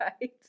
right